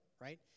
right